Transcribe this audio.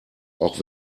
auch